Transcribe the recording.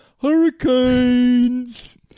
Hurricanes